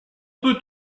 peut